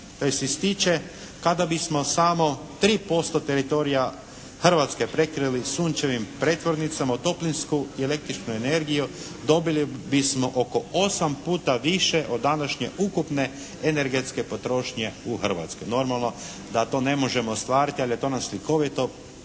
tj. ističe kada bismo samo 3% teritorija Hrvatske prekrili sunčevim pretvornicama u toplinsku i električnu energiju dobili bismo oko 8 puta više od današnje ukupne energetske potrošnje u Hrvatskoj. Normalno da to ne možemo ostvariti, ali to nam slikovito pokazuje